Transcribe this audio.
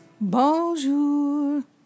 Bonjour